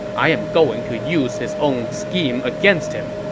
i'm going to use his own scheme against him.